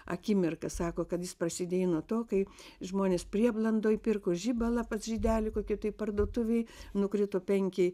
akimirką sako kad jis prasidėjo nuo to kai žmonės prieblandoj pirko žibalą pas žydelį kokioj tai parduotuvėj nukrito penki